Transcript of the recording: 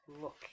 look